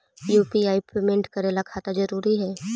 UPI payment करे ला खाता जरूरी है?